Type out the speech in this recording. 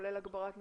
כולל הגברת מודעות,